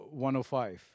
105